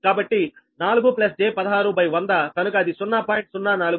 కాబట్టి 4 j16100 కనుక అది 0